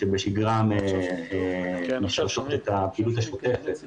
שבשגרה משרשות את הפעילות השוטפת,